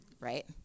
Right